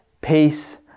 peace